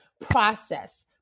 Process